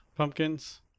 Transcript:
Pumpkins